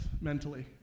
mentally